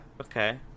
Okay